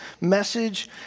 message